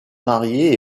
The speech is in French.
marié